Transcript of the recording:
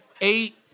eight